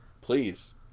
please